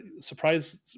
Surprise